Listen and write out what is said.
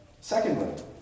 Secondly